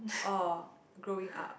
or growing up